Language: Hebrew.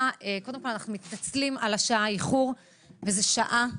קודם כול אנחנו מתנצלים על האיחור בפתיחת הדיון.